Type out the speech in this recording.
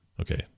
Okay